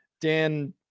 Dan